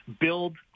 build